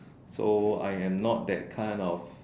so I am not that kind of